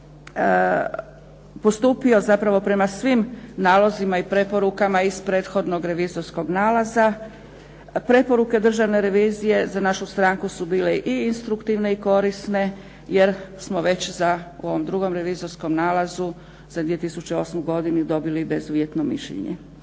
postupio zapravo prema svim nalozima i preporukama iz prethodnog revizorskog nalaza. Preporuke Državne revizije za našu stranku su bile i instruktivne i korisne, jer smo već u ovom drugom revizorskom nalazu za 2008. godinu dobili bezuvjetno mišljenje.